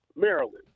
Maryland